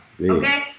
Okay